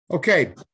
Okay